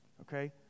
okay